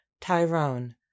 Tyrone